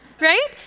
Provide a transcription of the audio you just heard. right